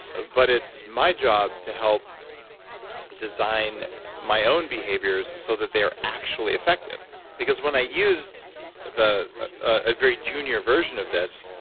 but it's my job to help design my own behaviors so that they are actually effective because when i used a ah very junior version of this,